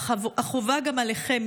אך חובה גם עליכם,